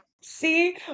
see